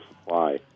supply